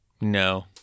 No